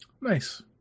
Nice